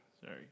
Sorry